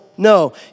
No